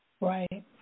Right